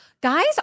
guys